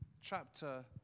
chapter